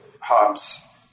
Hobbes